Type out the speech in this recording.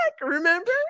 remember